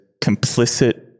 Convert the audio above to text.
complicit